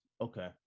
okay